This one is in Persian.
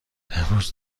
امروز